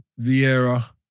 Vieira